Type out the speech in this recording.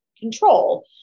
control